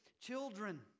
children